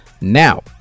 Now